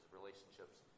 relationships